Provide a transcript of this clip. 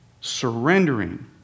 surrendering